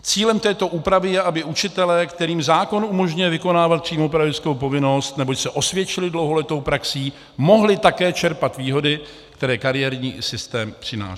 Cílem této úpravy je, aby učitelé, kterým zákon umožňuje vykonávat přímo pedagogickou povinnost, neboť se osvědčili dlouholetou praxí, mohli také čerpat výhody, které kariérní systém přináší.